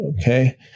Okay